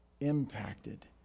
impacted